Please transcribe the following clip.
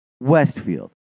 Westfield